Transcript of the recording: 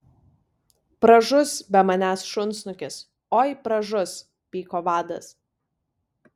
pražus be manęs šunsnukis oi pražus pyko vadas